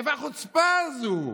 מאיפה החוצפה הזו,